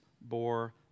bore